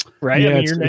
right